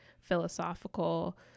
philosophical